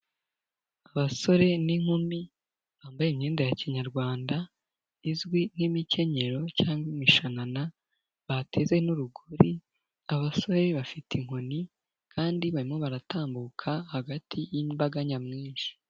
Abasore n'inkumi bambaye imyenda ya kinyarwanda, izwi nk'imikenyero cyangwa imishanana, bateze n'urugori, abasore bafite inkoni kandi barimo baratambuka hagati y'imbaga nyamwinshi.